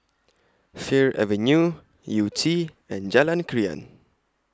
Fir Avenue Yew Tee and Jalan Krian